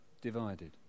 divided